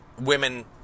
women